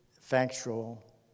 factual